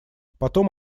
потом